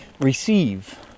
receive